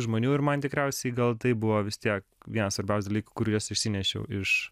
žmonių ir man tikriausiai gal tai buvo vis tiek vienas svarbiausių dalykų kuriuos išsinešiau iš